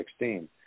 2016